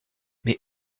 mais